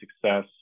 success